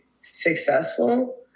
successful